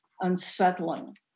unsettling